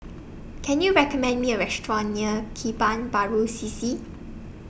Can YOU recommend Me A Restaurant near Kebun Baru C C